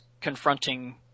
confronting